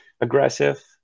aggressive